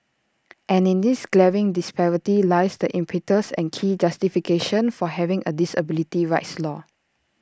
and in this glaring disparity lies the impetus and key justification for having A disability rights law